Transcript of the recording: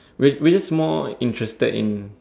we we're just more interested in